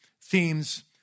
themes